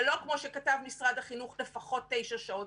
ולא כמו שכתב משרד החינוך: לפחות תשע שעות.